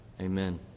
Amen